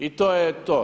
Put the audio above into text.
I to je to.